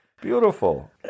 Beautiful